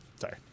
Sorry